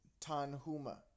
tanhuma